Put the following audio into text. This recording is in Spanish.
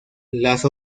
las